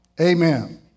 Amen